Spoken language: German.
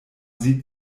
sieht